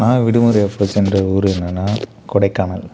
நான் விடுமுறைப்போ சென்ற ஊர் என்னன்னா கொடைக்கானல்